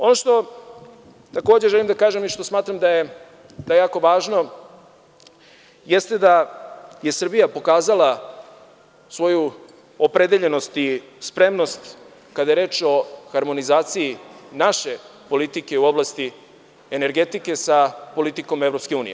Ono što takođe želim da kažem, i što smatram da je jako važno, jeste da je Srbija pokazala svoju opredeljenost i spremnost kada je reč o harmonizaciji naše politike u oblasti energetike sa politikom EU.